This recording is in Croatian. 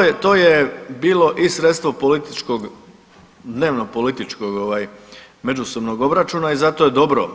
Prema tome, to je bilo i sredstvo političkog, dnevnopolitičkog međusobnog obračuna i zato je dobro